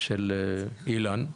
של אלן,